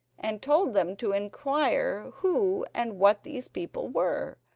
and told them to inquire who and what these people were,